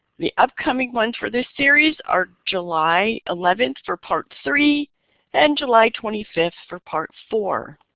the upcoming month for this series are july eleven for part three and july twenty five for part four.